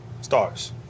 stars